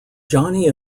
johnny